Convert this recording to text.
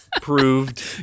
proved